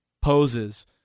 poses –